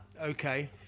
Okay